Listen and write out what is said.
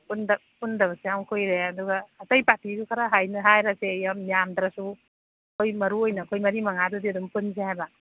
ꯄꯨꯟꯗꯕꯁꯨ ꯌꯥꯝ ꯀꯨꯏꯔꯦ ꯑꯗꯨꯒ ꯑꯇꯩ ꯄꯥꯔꯇꯤꯁꯨ ꯈꯔ ꯍꯥꯏꯔꯁꯦ ꯌꯥꯝ ꯌꯥꯝꯗ꯭ꯔꯁꯨ ꯑꯩꯈꯣꯏ ꯃꯔꯨ ꯑꯣꯏꯅ ꯑꯩꯈꯣꯏ ꯃꯔꯤ ꯃꯉꯥꯗꯨꯗꯤ ꯑꯗꯨꯝ ꯄꯨꯟꯁꯤ ꯍꯥꯏꯕ